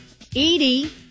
edie